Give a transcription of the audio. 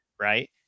right